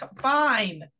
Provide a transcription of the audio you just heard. fine